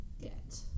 Get